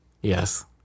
Yes